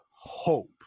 hope